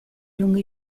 lungo